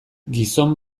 gizon